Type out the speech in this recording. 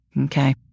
Okay